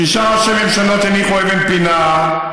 שישה ראשי ממשלות הניחו אבן פינה,